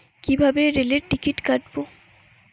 কিভাবে রেলের টিকিট কাটব?